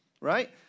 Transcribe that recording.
right